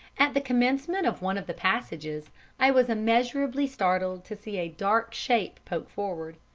at the commencement of one of the passages i was immeasurably startled to see a dark shape poke forward,